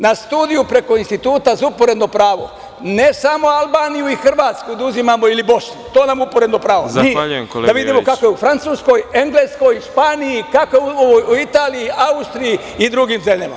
Na studiju preko Instituta za uporedno pravo, ne samo Albaniju i Hrvatsku da uzimamo, ili Bosnu, to uporedno pravo, mi da vidimo kako je u Francuskoj, Engleskoj, Španiji, kako je u Italiji, Austriji i drugim zemljama.